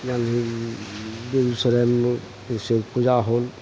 बेगूसरायमे जइसे पूजा होल